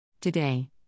Today